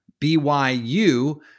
BYU